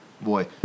boy